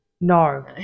no